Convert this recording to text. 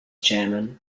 chairmen